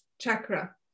Chakra